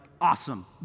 awesome